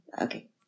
Okay